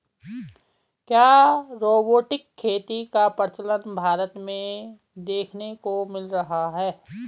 क्या रोबोटिक खेती का प्रचलन भारत में देखने को मिल रहा है?